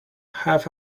have